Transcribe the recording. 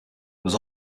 was